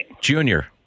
Junior